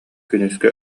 күнүскү